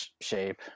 Shape